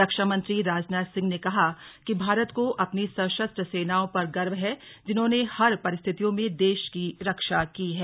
रक्षामंत्री राजनाथ सिंह ने कहा कि भारत को अपनी सशस्त्र सेनाओं पर गर्व है जिन्होंने हर परिस्थितियों में देश की रक्षा की है